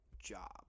job